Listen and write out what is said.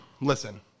Listen